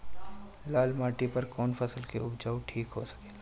लाल माटी पर कौन फसल के उपजाव ठीक हो सकेला?